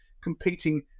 competing